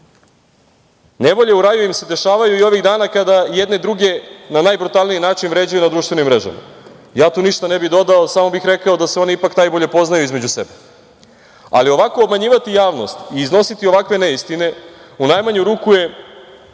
u raju im se dešavaju i ovih dana kada jedni druge na najbrutalniji način vređaju na društvenim mrežama. Tu ja ništa ne bih dodao, samo bih rekao da se oni ipak najbolje poznaju između sebe. Ali ovako obmanjivati javnost i iznositi ovakve neistine u najmanju ruku je